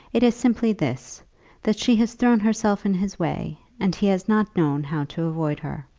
it is simply this that she has thrown herself in his way, and he has not known how to avoid her.